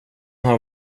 har